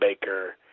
Baker